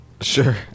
Sure